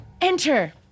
Enter